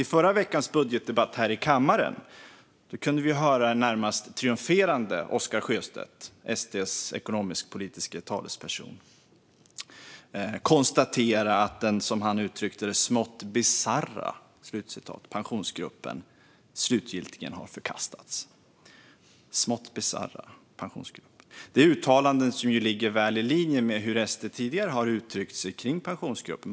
I förra veckans budgetdebatt här i kammaren kunde vi höra en närmast triumferande Oscar Sjöstedt, SD:s ekonomisk-politiske talesperson, konstatera att den, som han uttryckte det, "smått bisarra" Pensionsgruppen slutligen förkastats. Det är uttalanden som ligger väl i linje med hur SD tidigare har uttryckt sig om Pensionsgruppen.